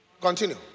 Continue